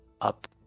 up